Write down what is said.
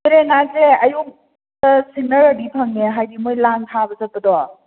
ꯇꯨꯔꯦꯟ ꯉꯥꯁꯦ ꯑꯌꯨꯛꯇ ꯁꯤꯡꯅꯔꯗꯤ ꯐꯪꯉꯦ ꯍꯥꯏꯗꯤ ꯃꯣꯏ ꯂꯥꯡ ꯊꯥꯕ ꯆꯠꯄꯗꯣ